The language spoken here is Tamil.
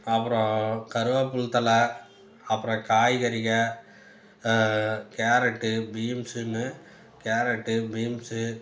அப்பறம் கருவேப்பிலத்தழை அப்பறம் காய்கறிகள் கேரட்டு பீன்ஸுனு கேரட்டு பீன்ஸு